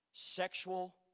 sexual